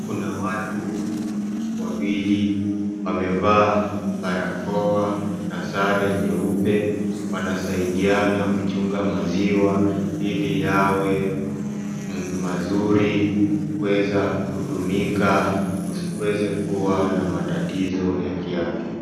Kuna watu wawili wamevaa barakoa na sare nyeupe wanasaidiana kuchunga maziwa ili yawe mazuri kuweza kutumia kusiweze kuwa na matatizo ya kiafya.